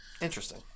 Interesting